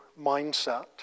mindset